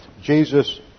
Jesus